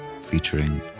featuring